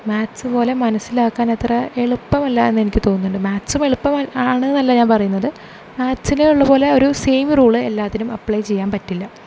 maths പോലെ മനസ്സിലാക്കാൻ അത്ര എളുപ്പമല്ല എന്നെനിക്ക് തോന്നുന്നുണ്ട് മാക്സ്സും എളുപ്പമാണ് എന്നല്ല ഞാൻ പറയുന്നത് മാക്സിന് ഉള്ളതു പോലെ ഒരു സെയിം റൂൾ എല്ലാറ്റിനും അപ്ലൈ ചെയ്യാൻ പറ്റില്ല